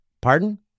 pardon